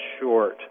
short